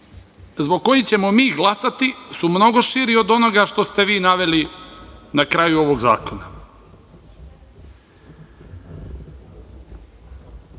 zbog kojih ćemo mi glasati su mnogo širi od onoga što ste vi naveli na kraju ovog zakona,